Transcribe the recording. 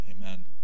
amen